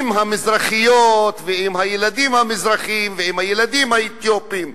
עם המזרחיות ועם הילדים המזרחים ועם הילדים האתיופים.